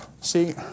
See